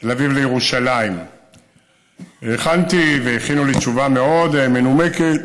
מתל אביב לירושלים הכנתי והכינו לי תשובה מאוד מנומקת,